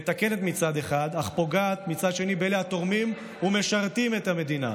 מתקנת מצד אחד אך פוגעת מצד שני באלה התורמים והמשרתים את המדינה.